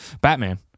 Batman